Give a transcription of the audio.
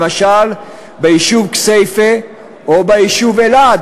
למשל ביישוב כסייפה או ביישוב אלעד,